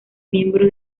miembro